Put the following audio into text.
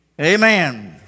Amen